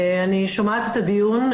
אני שומעת את הדיון,